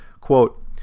Quote